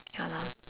ya lor